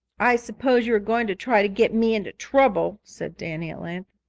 i suppose you are going to try to get me into trouble, said danny at length.